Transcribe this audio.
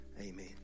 Amen